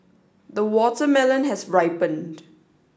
the watermelon has ripened